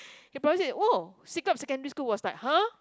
he probably said oh siglap secondary school was like !huh!